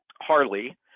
Harley